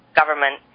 government